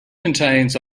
contains